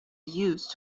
used